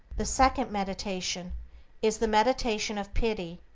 the second meditation is the meditation of pity,